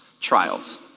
Trials